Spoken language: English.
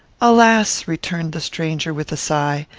alas! returned the stranger, with a sigh,